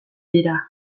dira